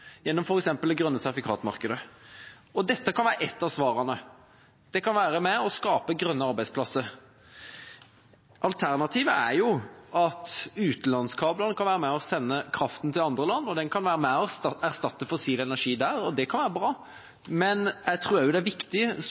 gjennom f.eks. grønt sertifikat-markedet? Dette kan være et av svarene og være med på å skape grønne arbeidsplasser. Alternativet er at utenlandskabler kan være med på å sende kraften til andre land og erstatte fossil energi der, og det kan være bra. Men jeg tror også det er viktig,